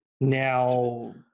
Now